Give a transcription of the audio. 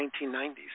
1990s